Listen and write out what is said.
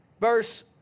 Verse